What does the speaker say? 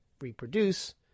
reproduce